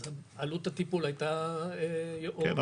אז עלות הטיפול היה יורדת --- כן,